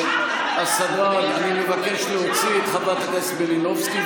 הסדרן, אני מבקש להוציא את חברת הכנסת מלינובסקי.